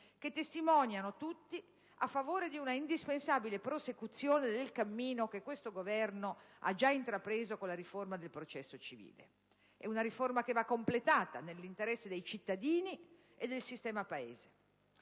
che testimoniano tutti a favore di un'indispensabile prosecuzione del cammino che questo Governo ha già intrapreso con la riforma del processo civile: è una riforma che va completata, nell'interesse dei cittadini e del sistema Paese.